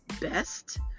best